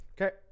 Okay